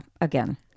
again